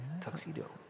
Tuxedo